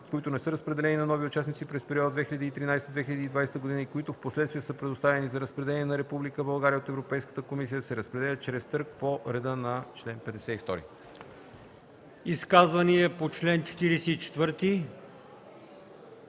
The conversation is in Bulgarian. които не са разпределени на нови участници през периода 2013-2020 г. и които впоследствие са предоставени за разпределение на Република България от Европейската комисия, се разпределят чрез търг по реда на чл. 52.” ПРЕДСЕДАТЕЛ